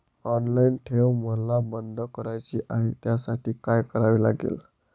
Online ठेव मला बंद करायची आहे, त्यासाठी काय करावे लागेल?